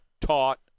taught